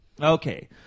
Okay